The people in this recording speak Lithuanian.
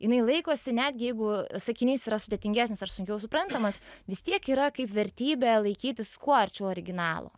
jinai laikosi netgi jeigu sakinys yra sudėtingesnis ar sunkiau suprantamas vis tiek yra kaip vertybė laikytis kuo arčiau originalo